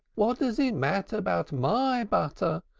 what does it matter about my butter?